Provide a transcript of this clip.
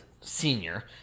senior